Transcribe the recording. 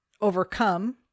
overcome